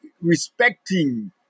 respecting